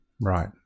Right